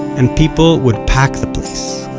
and people would pack the place